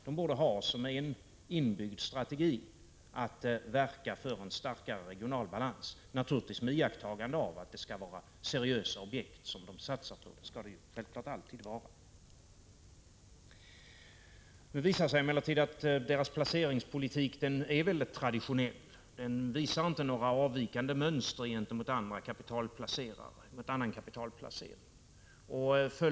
De borde ha som en inbyggd strategi att verka för en starkare regional balans, naturligtvis med iakttagande av att det skall vara seriösa objekt som de satsar på — som det självfallet alltid skall vara. Nu visar det sig emellertid att deras placeringspolitik är mycket traditionell. Den visar inte några avvikande mönster gentemot annan kapitalplacering.